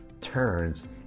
turns